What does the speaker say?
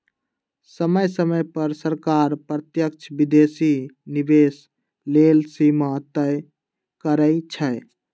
समय समय पर सरकार प्रत्यक्ष विदेशी निवेश लेल सीमा तय करइ छै